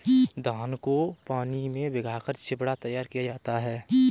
धान को पानी में भिगाकर चिवड़ा तैयार किया जाता है